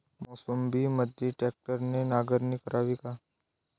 मोसंबीमंदी ट्रॅक्टरने नांगरणी करावी का?